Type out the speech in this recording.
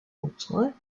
autres